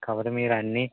cover మీరన్నీ